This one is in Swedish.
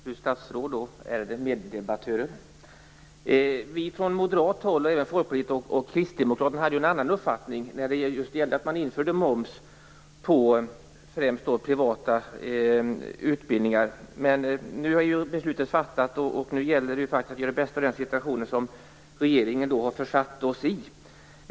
Herr talman! Fru statsråd! Ärade meddebattörer! Vi från moderat håll, och även Folkpartiet och kristdemokraterna, hade en annan uppfattning om införandet av moms på främst privata utbildningar. Men nu är beslutet fattat, och det gäller att göra det bästa av den situation som regeringen försatt oss i.